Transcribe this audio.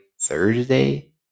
Thursday